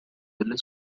delle